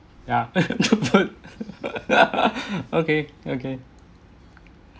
ya okay okay